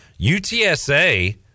UTSA